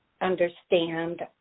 understand